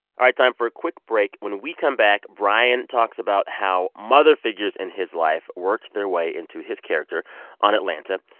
time for a quick break. when we come back, brian talks about how mother figures in his life worked their way into his character on atlanta.